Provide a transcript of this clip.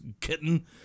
kitten